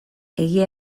egia